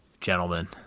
gentlemen